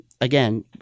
Again